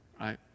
right